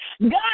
God